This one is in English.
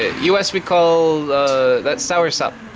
us we call that soursop